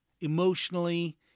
emotionally